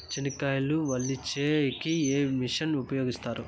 చెనక్కాయలు వలచే కి ఏ మిషన్ ను ఉపయోగిస్తారు?